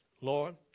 Lord